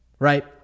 Right